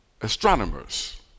astronomers